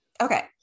Okay